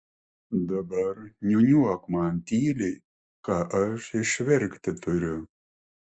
dabar niūniuok man tyliai ką aš išverkti turiu